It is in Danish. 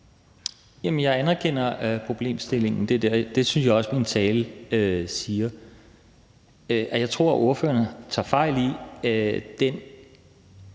jeg anerkender problemstillingen. Det synes jeg også at jeg sagde i min tale. Og jeg tror, at ordføreren tager fejl i